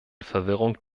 verwirrung